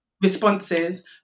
responses